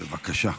בבקשה.